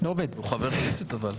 אבל הוא חבר כנסת.